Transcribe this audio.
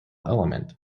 element